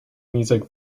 music